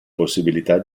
possibilità